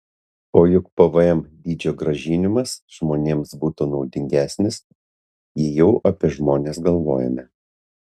o juk pvm dydžio grąžinimas žmonėms būtų naudingesnis jei jau apie žmones galvojame